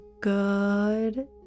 good